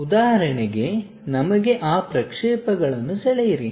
ಉದಾಹರಣೆಗೆ ನಮಗೆ ಆ ಪ್ರಕ್ಷೇಪಗಳನ್ನುಸೆಳೆಯಿರಿ